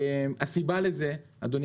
הסיבה לזה, אדוני